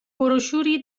بروشوری